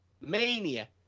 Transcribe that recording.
mania